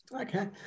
Okay